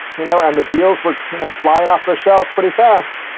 you know and the deals were you know flying off the shelves pretty fast.